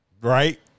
Right